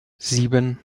sieben